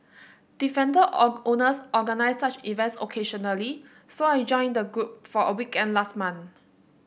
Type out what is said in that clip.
defender owners organise such events occasionally so I joined the group for a weekend last month